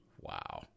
Wow